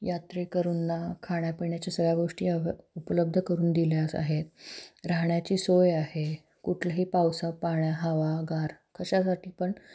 यात्रेकरूंना खाण्यापिण्याच्या सगळ्या गोष्टी अव उपलब्ध करून दिल्या आहेत राहण्याची सोय आहे कुठलंही पावसा पाण्या हवा गार कशासाठी पण